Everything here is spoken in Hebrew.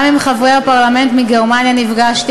גם עם חברי הפרלמנט מגרמניה נפגשתי.